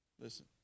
Listen